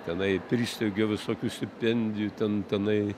tenai pristeigiau visokių stipendijų ten tenai